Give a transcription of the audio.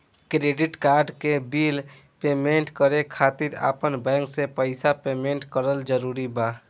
Credit card के bill payment करे खातिर आपन बैंक से पईसा पेमेंट करल जरूरी बा?